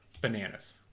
bananas